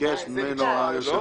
ביקשנו מהם הערכה.